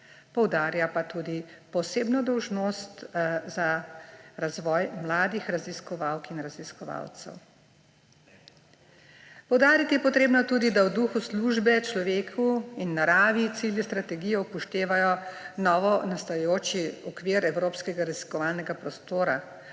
poudarja pa tudi posebno dolžnost za razvoj mladih raziskovalk in raziskovalcev. Poudariti je potrebno tudi, da v duhu službe človeku in naravi cilji strategije upoštevajo novonastajajoči okvir evropskega raziskovalnega prostora,